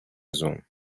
zoom